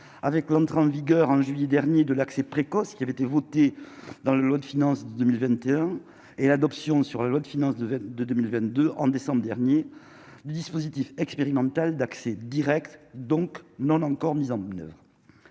avec l'entrée en vigueur en juillet dernier de l'accès précoce qui avait été voté dans le lot de finances 2021 et l'adoption sur la loi de finances devait de 2022 en décembre dernier, le dispositif expérimental d'accès Direct, donc non encore mises en oeuvre